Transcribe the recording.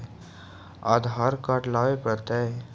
आधार card लाबे पड़तै?